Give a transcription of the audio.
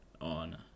on